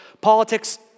politics